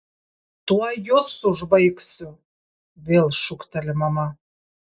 tuoj jus užbaigsiu vėl šūkteli mama